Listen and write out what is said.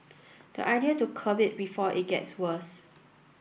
the idea to curb it before it gets worse